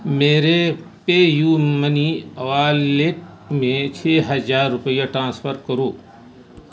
میرے PayU money wallet میں چھ ہزار روپیہ ٹرانسفر کرو